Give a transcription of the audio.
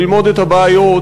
ללמוד את הבעיות,